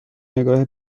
نگاه